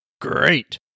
great